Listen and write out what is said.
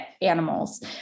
animals